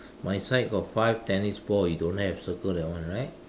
my side got five tennis ball you don't have circle that one right